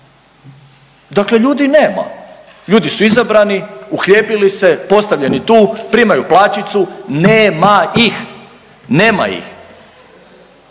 dakle ljudi nema, ljudi su izabrani, uhljebili se, postavljeni tu, primaju plaćicu, ne-ma ih, nema ih.